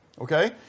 okay